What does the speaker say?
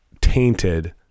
tainted